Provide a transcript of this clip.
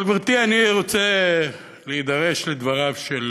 אבל, גברתי, אני רוצה להידרש לדבריו של